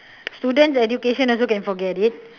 students education also can forget it